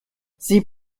sie